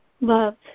love